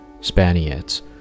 Spaniards